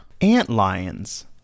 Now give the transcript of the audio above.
antlions